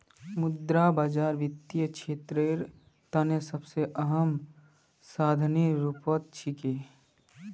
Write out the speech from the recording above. मुद्रा बाजार वित्तीय क्षेत्रेर तने सबसे अहम साधनेर रूपत छिके